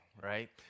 right